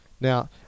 Now